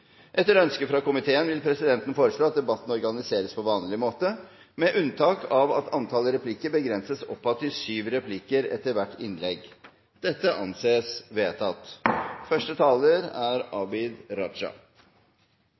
Etter ønske fra kontroll- og konstitusjonskomiteen vil presidenten foreslå at debatten organiseres på vanlig måte, med unntak av at antall replikker begrenses oppad til syv replikker etter hvert innlegg. – Dette anses vedtatt. Bakgrunnen for denne saken er